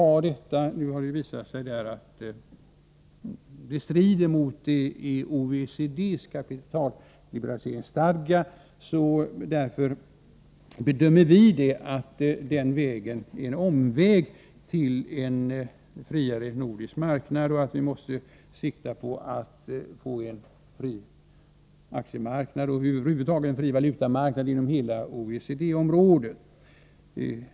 Men det har visat sig att en sådan strider mot OECD:s kapitalliberaliseringsstadga. Därför bedömer vi att den vägen är en omväg till en friare nordisk marknad. Vi måste sikta in oss på att få en fri aktiemarknad och över huvud taget en fri valutamarknad inom hela OECD-området.